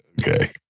okay